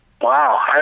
Wow